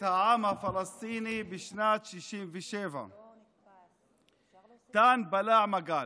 את העם הפלסטיני בשנת 67'. תן בלע מגל.